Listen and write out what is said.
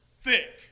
thick